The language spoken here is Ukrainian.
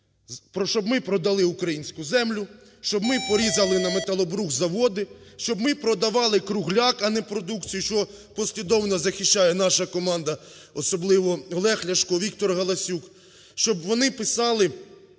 Щоб ми продали українську землю, щоб ми порізали на металобрухт заводи, щоб ми продавали кругляк, а не продукцію, що послідовно захищає наша команда, особливо Олег Ляшко, ВікторГаласюк. Щоб вони писали